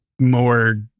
more